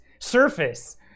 Surface